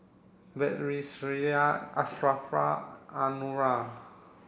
Batrisya Ashraff Anuar